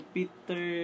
Peter